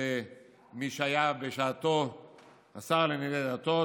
מי שהיה בשעתו השר לענייני דתות.